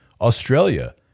Australia